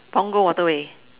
Punggol waterway